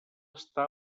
està